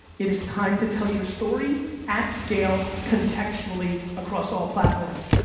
it is time to tell your story at scale contextually across all platforms,